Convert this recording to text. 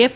F